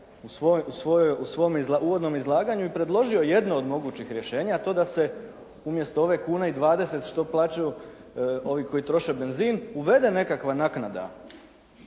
u svom uvodnom izlaganju i predložio jedno od mogućih rješenja a to je da se umjesto ove kune i 20 što plaćaju ovi koji troše benzin uvede nekakva naknada,